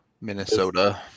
Minnesota